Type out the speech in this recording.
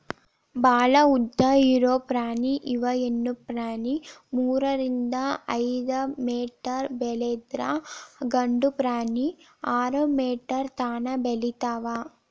ಭಾಳ ಉದ್ದ ಇರು ಪ್ರಾಣಿ ಇವ ಹೆಣ್ಣು ಪ್ರಾಣಿ ಮೂರರಿಂದ ಐದ ಮೇಟರ್ ಬೆಳದ್ರ ಗಂಡು ಪ್ರಾಣಿ ಆರ ಮೇಟರ್ ತನಾ ಬೆಳಿತಾವ